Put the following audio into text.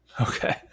Okay